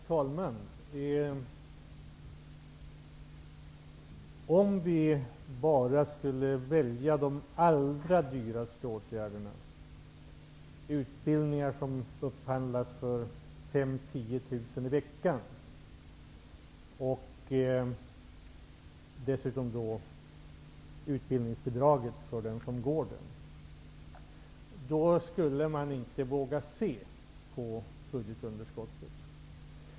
Herr talman! Om vi bara skulle välja de allra dyraste åtgärderna, dvs. utbildningar som upphandlas för 5 000--10 000 kr i veckan och som dessutom innebär utbildningsbidrag för den som går dem, skulle vi inte våga se på budgetunderskottet.